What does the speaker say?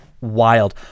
wild